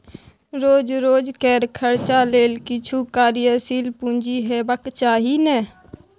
रोज रोजकेर खर्चा लेल किछु कार्यशील पूंजी हेबाक चाही ने